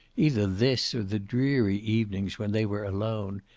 either this, or the dreary evenings when they were alone,